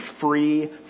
free